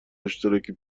اشتراکی